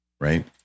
Right